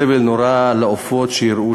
וראו סבל נורא של העופות שם,